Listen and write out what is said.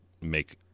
make